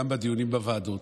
גם בדיונים בוועדות,